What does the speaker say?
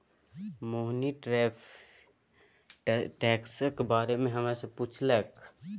मोहिनी tariff टैक्सक बारे मे हमरा सँ पुछलक